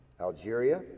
Algeria